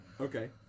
Okay